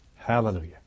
Hallelujah